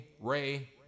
Ray